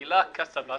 המילה "כסבת"